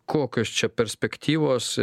kokios čia perspektyvos